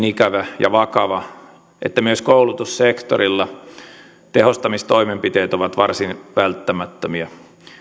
ikävä ja vakava että myös koulutussektorilla tehostamistoimenpiteet ovat varsin välttämättömiä